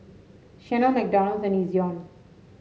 Chanel McDonald's and Ezion